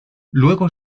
luego